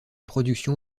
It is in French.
production